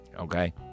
Okay